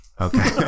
okay